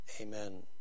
Amen